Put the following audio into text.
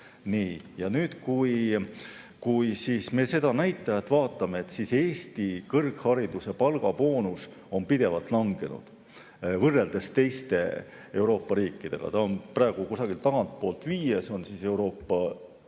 me nüüd seda näitajat vaatame, siis Eesti kõrghariduse palgaboonus on pidevalt langenud võrreldes teiste Euroopa riikidega. Ta on praegu kusagil tagantpoolt viies Euroopa